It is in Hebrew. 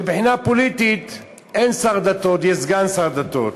מבחינה פוליטית אין שר דתות, יש סגן שר דתות.